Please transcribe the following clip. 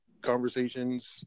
conversations